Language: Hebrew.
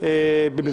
מיום 26 בינואר 2020,